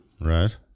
Right